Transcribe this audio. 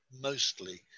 mostly